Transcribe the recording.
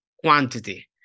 quantity